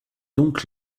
donc